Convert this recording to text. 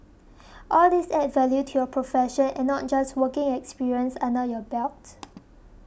all these add value to your profession and not just working experience under your belt